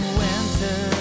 winter